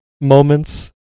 moments